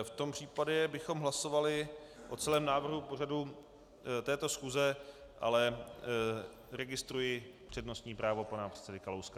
V tom případě bychom hlasovali o celém návrhu pořadu této schůze ale registruji přednostní právo pana předsedy Kalouska.